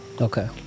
okay